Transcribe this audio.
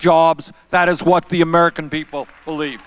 jobs that is what the american people believe